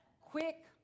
quick